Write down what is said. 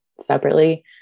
separately